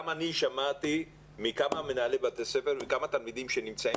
גם אני שמעתי מכמה מנהלי בתי ספר ומכמה תלמידים שנמצאים